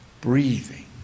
breathing